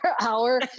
hour